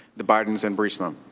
the bidens, and but and um